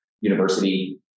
university